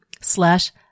slash